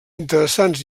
interessants